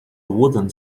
wooden